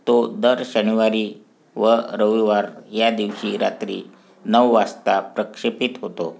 तो दर शनिवारी व रविवार या दिवशी रात्री नऊ वाजता प्रक्षेपित होतो